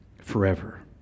forever